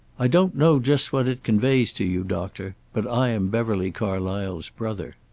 i don't know just what it conveys to you, doctor, but i am beverly carlysle's brother.